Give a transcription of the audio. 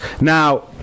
Now